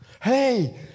Hey